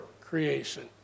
creation